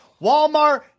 Walmart